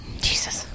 jesus